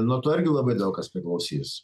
nuo to irgi labai daug kas priklausys